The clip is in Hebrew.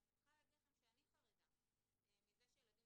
אני מוכרחה להגיד לכם שאני חרדה מזה שילדים